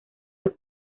los